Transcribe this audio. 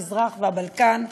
המזרח והבלקן.